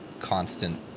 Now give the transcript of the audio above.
constant